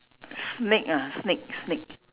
snake ah snake snake